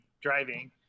driving